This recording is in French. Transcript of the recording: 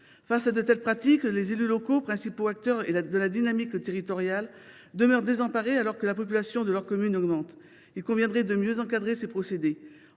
Face à de telles pratiques, les élus locaux, principaux acteurs de la dynamique territoriale, demeurent désemparés, même si la population de leur commune augmente. Il conviendrait de mieux encadrer ces procédés.